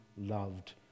loved